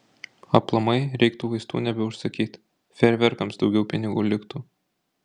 aplamai reiktų vaistų nebeužsakyt fejerverkams daugiau pinigų liktų